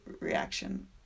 reaction